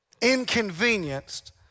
inconvenienced